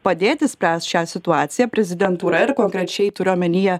padėti spręst šią situaciją prezidentūra ir konkrečiai turiu omenyje